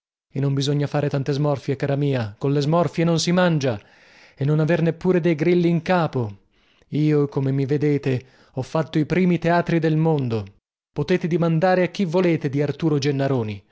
e non bisogna far tante smorfie cara mia colle smorfie non si mangia e non aver neppure dei grilli in capo io come mi vedete ho fatto i primi teatri del mondo potete dimandare a chi volete di arturo gennaroni